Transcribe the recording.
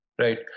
Right